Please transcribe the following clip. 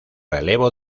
relevo